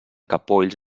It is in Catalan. capolls